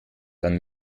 dann